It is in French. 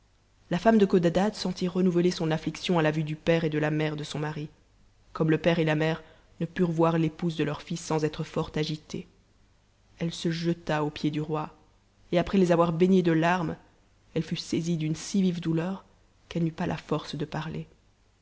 la femme de codadad sentit renouveler son affliction à la vue du père et de la mère de son mari comme le père et la mère ne purent voir l'épouse de leur fils sans être fort agités elle se jeta aux pieds du roi et après tes avoir baignés de larmes elle fut saisie d'une si vive douleur qu'elle n'eut pas la force de parler